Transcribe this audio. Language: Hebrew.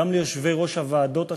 וגם ליושבי-ראש הוועדות השונות,